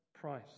price